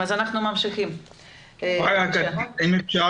האם אפשר